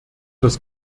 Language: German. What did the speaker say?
das